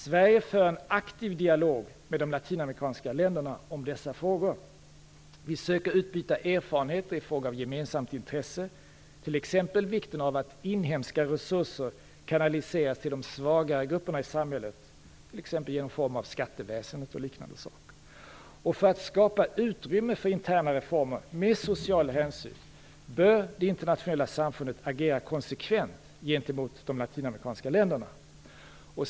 Sverige för en aktiv dialog med de latinamerikanska länderna om dessa frågor. Vi söker utbyta erfarenheter i frågor av gemensamt intresse, t.ex. av att inhemska resurser kanaliseras till de svagare grupperna i samhället genom exempelvis reformer av skatteväsendet och liknande saker. För att skapa utrymme för interna reformer med social hänsyn bör det internationella samfundet agera konsekvent gentemot de latinamerikanska länderna.